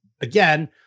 again